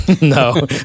No